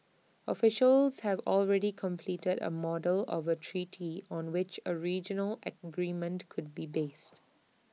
officials have already completed A model of A treaty on which A regional agreement could be based